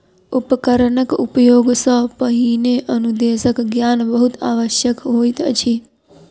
उपकरणक उपयोग सॅ पहिने अनुदेशक ज्ञान बहुत आवश्यक होइत अछि